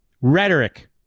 rhetoric